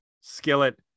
skillet